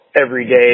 everyday